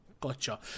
gotcha